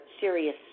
serious